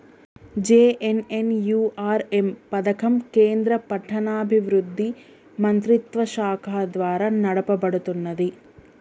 JNNURM పథకం కేంద్ర పట్టణాభివృద్ధి మంత్రిత్వశాఖ ద్వారా నడపబడుతున్నది